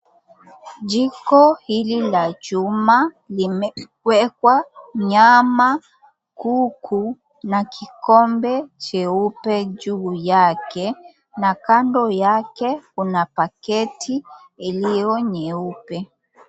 Jiko hili la chuma limeekwa nyama huku na kikombe cheupe juu yake na kando yake kuna paketi ilio nyeupe.